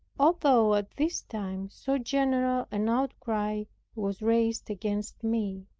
although at this time so general an outcry was raised against me,